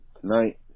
tonight